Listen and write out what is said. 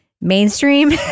mainstream